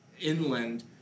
inland